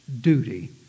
duty